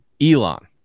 Elon